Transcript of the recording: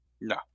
No